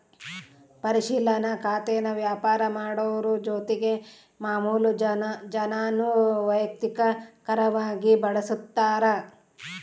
ಪರಿಶಿಲನಾ ಖಾತೇನಾ ವ್ಯಾಪಾರ ಮಾಡೋರು ಜೊತಿಗೆ ಮಾಮುಲು ಜನಾನೂ ವೈಯಕ್ತಕವಾಗಿ ಬಳುಸ್ತಾರ